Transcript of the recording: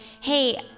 Hey